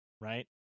right